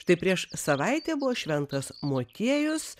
taip prieš savaitę buvo šventas motiejus